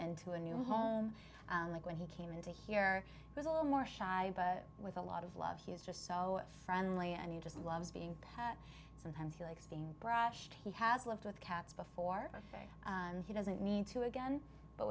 into a new home like when he came into here was a little more shy and with a lot of love he is just so friendly and he just loves being pat sometimes he likes being brushed he has lived with cats before ok he doesn't mean to again but